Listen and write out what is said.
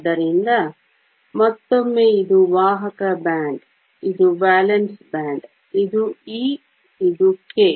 ಆದ್ದರಿಂದ ಮತ್ತೊಮ್ಮೆ ಇದು ವಾಹಕ ಬ್ಯಾಂಡ್ ಇದು ವೇಲೆನ್ಸ್ ಬ್ಯಾಂಡ್ ಇದು e ಇದು k